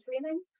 training